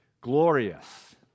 Glorious